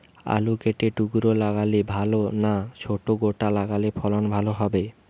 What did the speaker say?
আলু কেটে টুকরো লাগালে ভাল না ছোট গোটা লাগালে ফলন ভালো হবে?